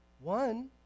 One